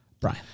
Brian